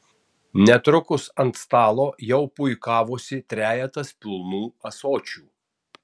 netrukus ant stalo jau puikavosi trejetas pilnų ąsočių